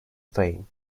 fame